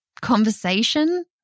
conversation